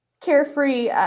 carefree